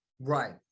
Right